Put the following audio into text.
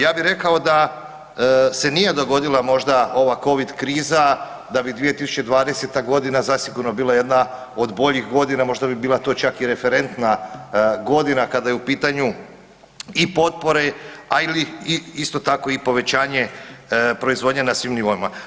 Ja bih rekao da se nije dogodila možda ova Covid kriza da bi 2020. g. zasigurno bila jedna od boljih godina, možda bi bila to čak i referentna godina kada je u pitanju i potpore, ali isto tako i povećanje proizvodnje na svim nivoima.